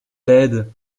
l’aide